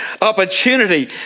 opportunity